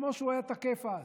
כמו שהוא היה תקף אז,